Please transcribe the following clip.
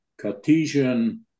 Cartesian